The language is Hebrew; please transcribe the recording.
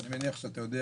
ואני מניח שאתה יודע